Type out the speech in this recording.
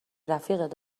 رفیق